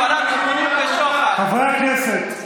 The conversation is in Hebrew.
חברי הכנסת,